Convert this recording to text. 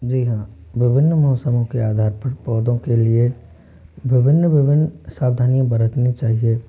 जी हाँ विभिन्न मौसमों के आधार पर पौधों के लिए विभिन्न विभिन्न सावधानियाँ बरतनी चाहिए